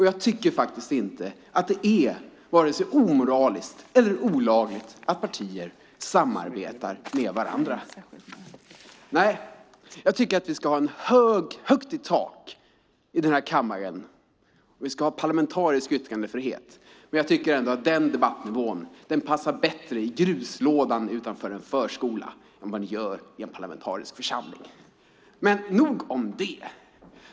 Jag tycker faktiskt inte att det är vare sig omoraliskt eller olagligt att partier samarbetar med varandra. Jag tycker att vi ska ha högt i tak i denna kammare. Vi ska ha parlamentarisk yttrandefrihet. Jag tycker ändå att den debattnivån passar bättre i sandlådan utanför en förskola än den gör i en parlamentarisk församling. Nog om det.